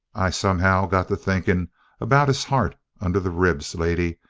i somehow got to thinking about his heart under the ribs, lady,